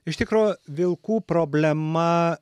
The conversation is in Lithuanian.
iš tikro vilkų problema